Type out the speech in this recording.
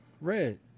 Red